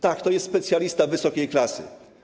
Tak, to jest specjalista wysokiej klasy.